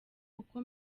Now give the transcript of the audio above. kuko